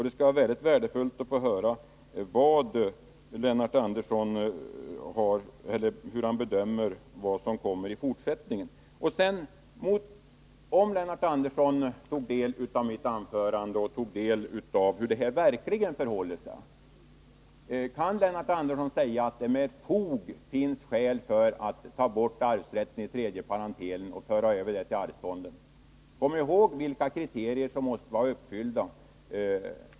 Det skulle vara värdefullt att få veta av Lennart Andersson vad som kommer i fortsättningen. Kan Lennart Andersson, om han lyssnade på mitt anförande och satte sig in i hur det här verkligen förhåller sig, säga att det finns skäl att ta bort arvsrätten i tredje parentelen i och för en överföring till arvsfonden? Kom ihåg vilka kriterier som måste vara uppfyllda!